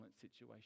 situation